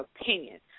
opinion